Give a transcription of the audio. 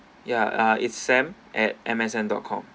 ya it's sam at M_S_N dot com